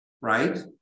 right